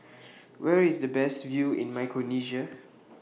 Where IS The Best View in Micronesia